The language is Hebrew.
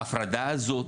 ההפרדה זאת,